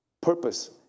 purpose